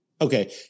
Okay